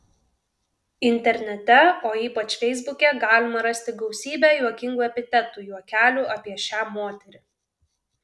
internete o ypač feisbuke galima rasti gausybę juokingų epitetų juokelių apie šią moterį